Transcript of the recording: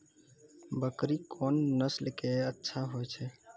बकरी कोन नस्ल के अच्छा होय छै?